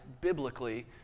biblically